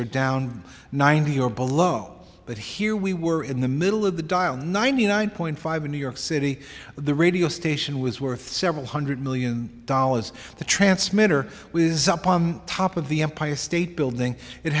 are down ninety or below but here we were in the middle of the dial ninety nine point five in new york city the radio station was worth several hundred million dollars the transmitter with top of the empire state building it